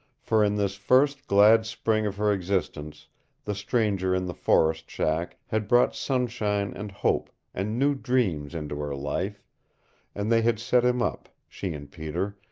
for in this first glad spring of her existence the stranger in the forest shack had brought sunshine and hope and new dreams into her life and they had set him up, she and peter,